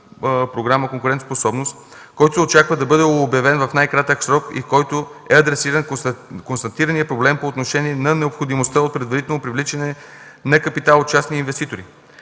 програма „Конкурентоспособност”, който се очаква да бъде обявен в най-кратък срок и към който е адресиран констатираният проблем по отношение на необходимостта от предварително привличане на капитал от частни инвеститори.